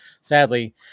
sadly